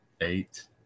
Eight